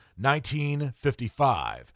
1955